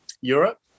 Europe